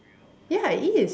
ya it is